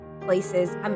places